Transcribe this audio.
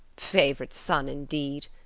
favorite son, indeed!